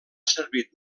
servit